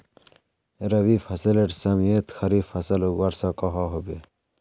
रवि फसलेर समयेत खरीफ फसल उगवार सकोहो होबे?